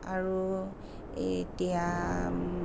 আৰু এতিয়া